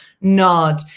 nod